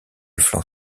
flanc